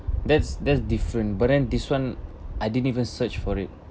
that's that's different but then this one I didn't even search for it